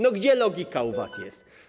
No gdzie logika u was jest?